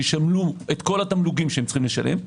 שישלמו את כל התמלוגים שהם צריכים לשלם,